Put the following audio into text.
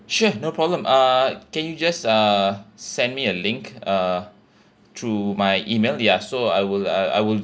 sure no problem uh can you just uh send me a link uh through my email ya so I will I I will